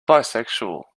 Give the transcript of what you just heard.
bisexual